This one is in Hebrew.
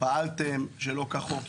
פעלתם שלא כחוק.